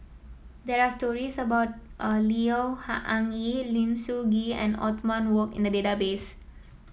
there are stories about a Neo Anngee Lim Sun Gee and Othman Wok in the database